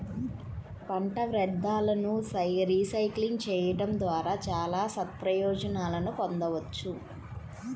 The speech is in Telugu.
పంట వ్యర్థాలను రీసైక్లింగ్ చేయడం ద్వారా చాలా సత్ప్రయోజనాలను పొందవచ్చు